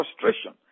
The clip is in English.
frustration